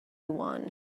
one